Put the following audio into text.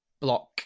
block